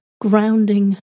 grounding